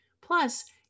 Plus